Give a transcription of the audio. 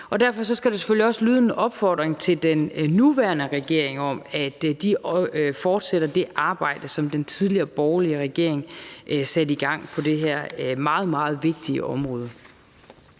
Derfor skal der selvfølgelig også lyde en opfordring til den nuværende regering om, at de fortsætter det arbejde, som den tidligere borgerlige regering satte i gang på det her meget, meget vigtige område.